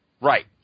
Right